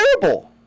terrible